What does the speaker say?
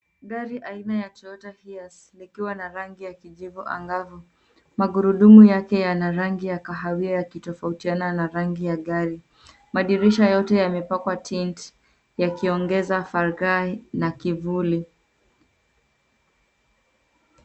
Gari aina ya Toyota Hiace likiwa na rangi ya kijivu angavu. Magurudumu yake yana rangi ya kahawia yakitofautiana na rangi ya gari. Madirisha yake yamepakwa tint yakiongeza falgai na kivuli.